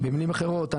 במילים אחרות,